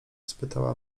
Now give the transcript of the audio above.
spytała